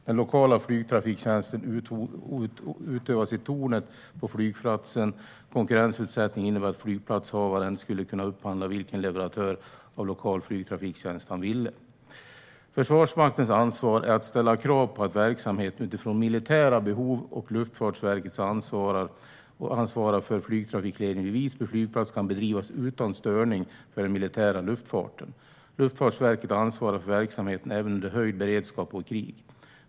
Den lokala flygtrafiktjänsten utövas i tornet på flygplatsen. Konkurrensutsättning innebär att flygplatshavaren skulle kunna upphandla vilken leverantör av lokal flygtrafiktjänst man vill. Försvarsmaktens ansvar är att ställa krav på verksamheten utifrån militära behov, och Luftfartsverket ansvarar för att flygtrafikledningen vid Visby flygplats kan bedrivas utan störning för den militära luftfarten. Luftfartsverket ansvarar för verksamheten även under höjd beredskap och krig.